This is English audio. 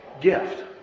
gift